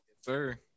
Sir